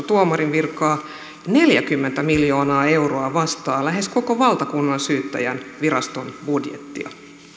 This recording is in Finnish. tuomarinvirkaa neljäkymmentä miljoonaa euroa vastaa lähes koko valtakunnansyyttäjänviraston budjettia